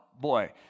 Boy